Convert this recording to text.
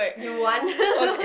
you want